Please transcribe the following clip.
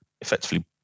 effectively